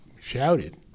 shouted